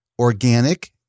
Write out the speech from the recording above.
organic